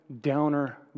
downer